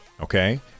okay